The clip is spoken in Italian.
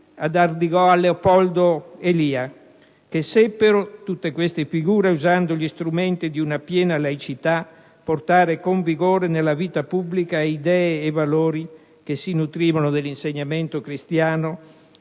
da Ardigò a Leopoldo Elia, che seppero tutti, usando gli strumenti di una piena laicità, portare con vigore nella vita pubblica idee e valori che si nutrivano dell'insegnamento cristiano,